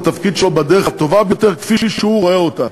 התפקיד שלו בדרך הטובה ביותר כפי שהוא רואה אותה,